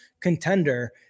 contender